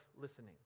listening